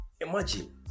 imagine